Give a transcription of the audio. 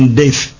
death